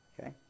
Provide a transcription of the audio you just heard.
Okay